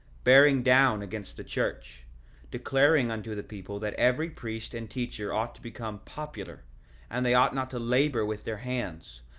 bearing down against the church declaring unto the people that every priest and teacher ought to become popular and they ought not to labor with their hands,